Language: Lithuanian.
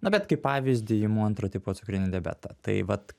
na bet kaip pavyzdį imu antro tipo cukrinį diabetą tai vat